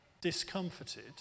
discomforted